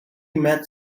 met